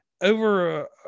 over